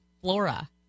Flora